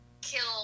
kill